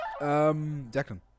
Declan